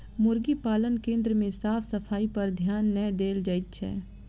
मुर्गी पालन केन्द्र मे साफ सफाइपर ध्यान नै देल जाइत छै